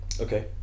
Okay